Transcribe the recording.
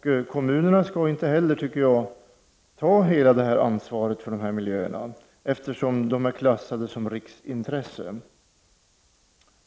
Kommunerna skall inte heller, tycker jag, ta hela ansvaret för de här miljöerna, eftersom de är klassade som riksintressen.